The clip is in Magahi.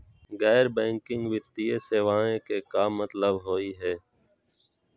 गैर बैंकिंग वित्तीय सेवाएं के का मतलब होई हे?